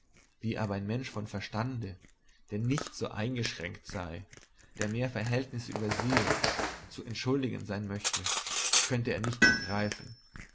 wie aber ein mensch von verstande der nicht so eingeschränkt sei der mehr verhältnisse übersehe zu entschuldigen sein möchte könne er nicht begreifen